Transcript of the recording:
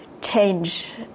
change